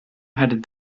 headed